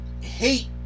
hate